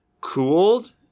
cooled